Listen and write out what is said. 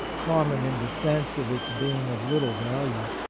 common in the sense of its being of little value.